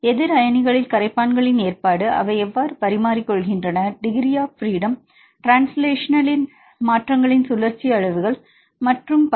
எதிர் அயனிகளில் கரைப்பான்களின் ஏற்பாடு அவை எவ்வாறு பரிமாறிக்கொள்கின்றன டிகிரி ஆப் பிரீடம் ட்ரான்ஸ்லேஷனல் மாற்றங்களின் சுழற்சி அளவுகள் மற்றும் பல